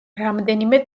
რამდენიმე